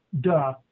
duh